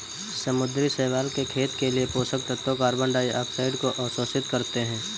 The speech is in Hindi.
समुद्री शैवाल के खेत के लिए पोषक तत्वों कार्बन डाइऑक्साइड को अवशोषित करते है